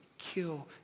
kill